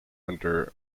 under